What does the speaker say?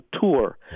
tour